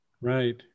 Right